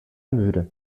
müde